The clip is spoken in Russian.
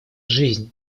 жизнь